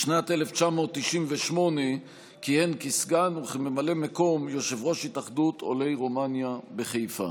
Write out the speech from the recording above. בשנת 1998 כיהן כסגן וכממלא מקום יושב-ראש התאחדות עולי רומניה בחיפה.